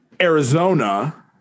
Arizona